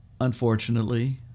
Unfortunately